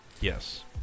Yes